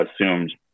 assumed